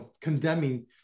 condemning